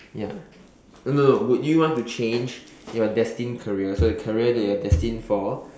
ya no no no would you want to change your destined career so the career that you are destined for